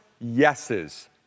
yeses